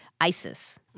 Isis